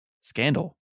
scandal